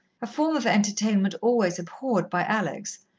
a form of entertainment always abhorred by alex,